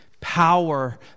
power